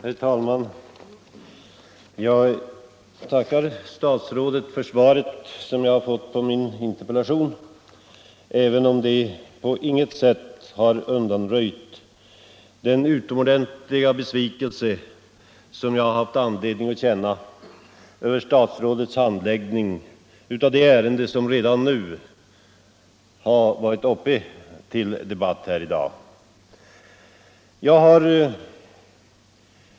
Herr talman! Jag tackar statsrådet för svaret på min interpellation, även om det på intet sätt har undanröjt den utomordentliga besvikelse som jag haft anledning känna över statsrådets handläggning av det ärende som redan varit uppe till debatt i dag.